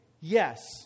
Yes